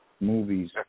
movies